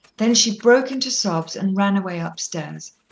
then she broke into sobs and ran away upstairs.